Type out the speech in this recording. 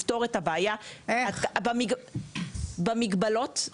לפתירת הבעיה במסגרת המגבלות.